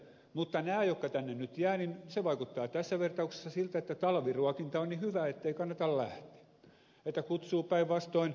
mutta osa näistä nyt jää tänne ja se merkitsee tässä vertauksessa sitä että talviruokinta on niin hyvä ettei kannata lähteä että kutsuu päinvastoin muita